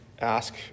ask